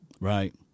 right